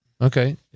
Okay